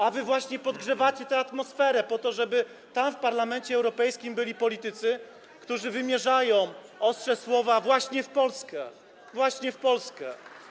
A wy właśnie podgrzewacie tę atmosferę po to, żeby tam, w Parlamencie Europejskim, byli politycy, którzy wymierzają ostre słowa właśnie w Polskę - właśnie w Polskę.